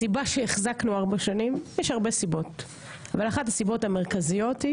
יש הרבה סיבות שהחזקנו 4 שנים אבל אחת הסיבות המרכזיות היא